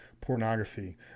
pornography